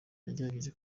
yagerageje